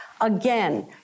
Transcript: again